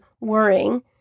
worrying